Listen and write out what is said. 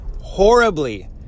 horribly